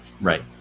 Right